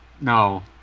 no